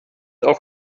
auch